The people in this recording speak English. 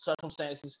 circumstances